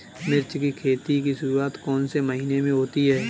मिर्च की खेती की शुरूआत कौन से महीने में होती है?